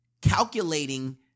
calculating